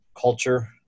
culture